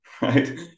right